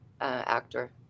actor